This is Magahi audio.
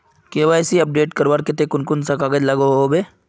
के.वाई.सी अपडेट करवार केते कुन कुन कागज लागोहो होबे?